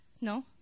No